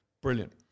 Brilliant